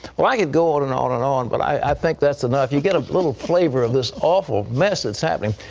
well, i could go on and on and on, but i think that's enough. you get a little flavor of this awful mess that's happening,